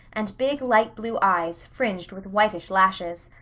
and big, light blue eyes, fringed with whitish lashes.